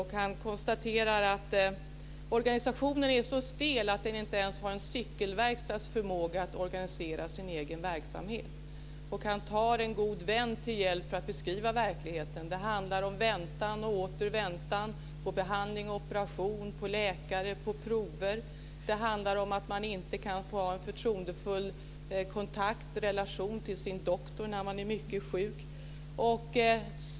Han konstaterar att organisationen är så stel att den inte ens har en cykelverkstads förmåga att organisera sin egen verksamhet. Han tar en god vän till hjälp för att beskriva verkligheten. Det handlar om väntan och åter väntan på behandling, operation, läkare och prover. Det handlar om att man inte kan få ha en förtroendefull kontakt och relation till sin doktor när man är mycket sjuk.